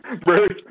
Bruce